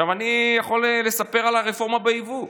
אני יכול לספר על הרפורמה ביבוא.